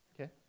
Okay